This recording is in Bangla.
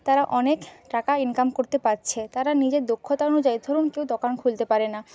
তারা অনেক টাকা ইনকাম করতে পারছে তারা নিজের দক্ষতা অনুযায়ী ধরুন কেউ দোকান খুলতে পারে না